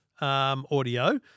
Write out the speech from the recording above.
audio